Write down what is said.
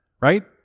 right